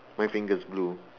my finger's blue